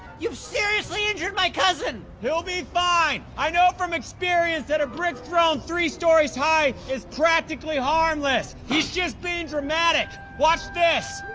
you've seriously injured my cousin. he'll be fine i know from experience that a brick thrown three stories high is practically harmless. he's just being dramatic. watch this.